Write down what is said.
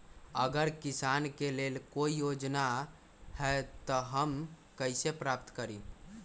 अगर किसान के लेल कोई योजना है त हम कईसे प्राप्त करी?